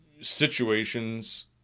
situations